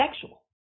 sexual